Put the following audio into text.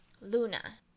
luna